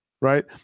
Right